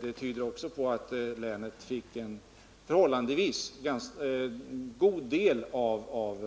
Det tyder också på att länet fick en förhållandevis god del av